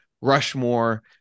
Rushmore